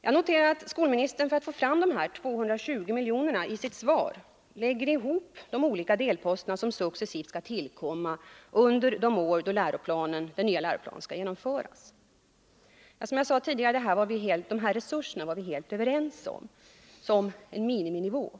Jag noterar att skolministern, för att få fram de här 220 miljonerna, i sitt svar lägger ihop de olika delposter som successivt skall tillkomma under de år den nya läroplanen skall genomföras. Som jag sade tidigare var vi helt överens om de resurserna som en miniminivå.